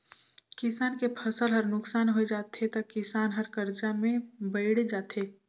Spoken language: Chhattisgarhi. किसान के फसल हर नुकसान होय जाथे त किसान हर करजा में बइड़ जाथे